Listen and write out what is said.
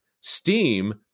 Steam